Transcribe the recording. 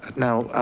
now,